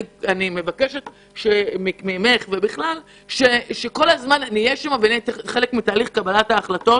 אני מבקשת שכל הזמן נהיה חלק מתהליך קבלת ההחלטות.